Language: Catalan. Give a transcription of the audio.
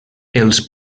els